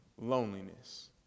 loneliness